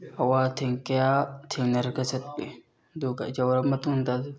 ꯑꯋꯥ ꯑꯊꯦꯡ ꯀꯌꯥ ꯊꯦꯡꯅꯔꯒ ꯆꯠꯂꯤ ꯑꯗꯨꯒ ꯌꯧꯔ ꯃꯇꯨꯡꯗ ꯑꯗꯨ